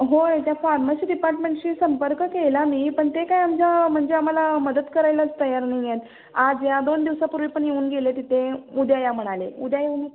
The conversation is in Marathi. होय त्या फार्मशी डिपार्टमेंटशी संपर्क केला मी पण ते काय आमच्या म्हणजे आम्हाला मदत करायलाच तयार नाही आहेत आज या दोन दिवसापूर्वी पण येऊन गेले तिथे उद्या या म्हणाले उद्या येऊन